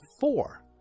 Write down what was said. four